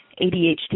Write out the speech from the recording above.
ADHD